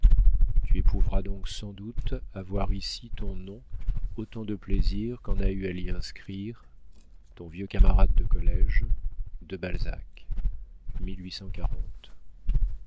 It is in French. tu éprouveras donc sans doute à voir ici ton nom autant de plaisir qu'en a eu à l'y inscrire ton vieux camarade de collége de balzac